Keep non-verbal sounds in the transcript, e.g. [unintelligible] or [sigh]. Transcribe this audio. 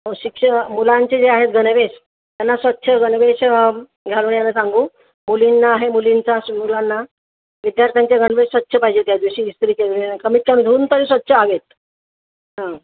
हो शिक्षक मुलांचे जे आहेत गणवेश त्यांना स्वच्छ गणवेश घालून यायला सांगू मुलींना आहे मुलींचा [unintelligible] विद्यार्थ्यांचे गणवेश स्वच्छ पाहिजे त्या दिवशी इस्त्री केलेले कमीतकमी धुऊन तरी स्वच्छ हवे आहेत